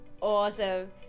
Awesome